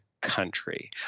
country